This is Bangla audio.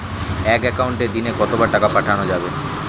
এক একাউন্টে দিনে কতবার টাকা পাঠানো যাবে?